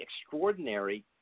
extraordinary